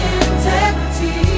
integrity